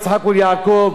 יצחק וליעקב,